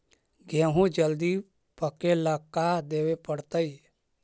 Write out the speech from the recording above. गेहूं जल्दी पके ल का देबे पड़तै?